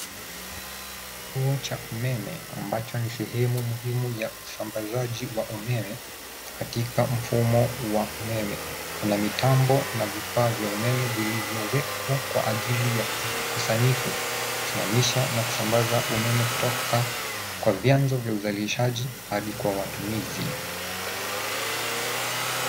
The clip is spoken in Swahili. Kituo cha umeme ambacho ni sehemu muhimu ya usambazaji wa umeme katika mfumo wa umeme. Kuna mitambo na vifaa vya umeme vilivyowekwa kwa ajili ya kusanifu, kusimamisha na kusambaza umeme kutoka kwa vyanzo vya uzalishaji hadi kwa watumizi.